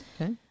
okay